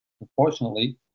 Unfortunately